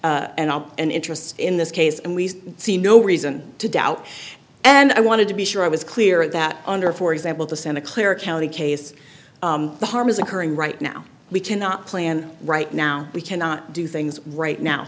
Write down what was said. and interests in this case and we see no reason to doubt and i wanted to be sure i was clear that under for example to santa clara county case the harm is occurring right now we cannot plan right now we cannot do things right now